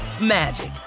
magic